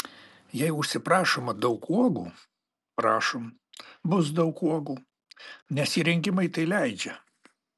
jei užsiprašoma daug uogų prašom bus daug uogų nes įrengimai tai leidžia